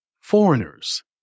foreigners